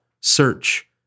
Search